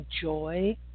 joy